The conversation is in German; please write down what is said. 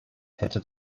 hätte